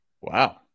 Wow